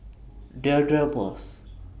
Deirdre Moss